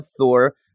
thor